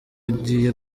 agiye